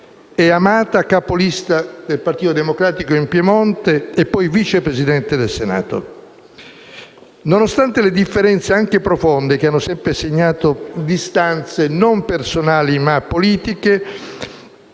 amata capolista del Partito Democratico in Piemonte e poi Vice Presidente del Senato. Nonostante le differenze, anche profonde, che hanno sempre segnato distanze non personali ma solo politiche,